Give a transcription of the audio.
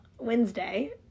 Wednesday